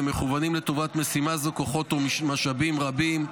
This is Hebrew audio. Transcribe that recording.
ומכוונים לטובת משימה זו כוחות ומשאבים רבים.